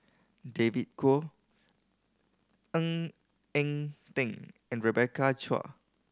David Kwo Ng Eng Teng and Rebecca Chua